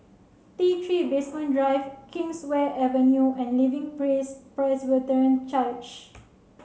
T Three Base One Drive Kingswear Avenue and Living Praise Presbyterian Church